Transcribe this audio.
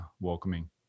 welcoming